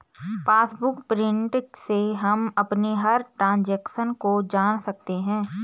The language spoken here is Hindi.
पासबुक प्रिंट से हम अपनी हर ट्रांजेक्शन को जान सकते है